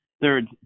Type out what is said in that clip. third